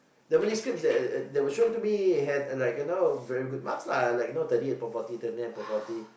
the Malay scrips that were shown to me had like you know very good marks lah like you know thirty eight appoint forty thirty nine appoint forty